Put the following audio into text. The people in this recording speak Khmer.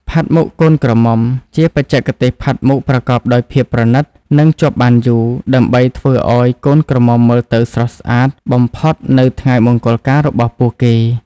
ផាត់មុខកូនក្រមុំ ជាបច្ចេកទេសផាត់មុខប្រកបដោយភាពប្រណិត និងជាប់បានយូរ ដើម្បីធ្វើឱ្យកូនក្រមុំមើលទៅស្រស់ស្អាតបំផុតនៅថ្ងៃមង្គលការរបស់ពួកគេ។